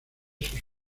sus